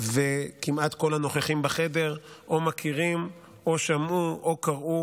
וכמעט כל הנוכחים בחדר או מכירים או שמעו או קראו